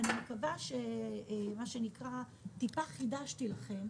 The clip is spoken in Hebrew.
ואני מקווה שטיפה חידשתי לכם.